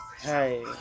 Hey